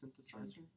Synthesizer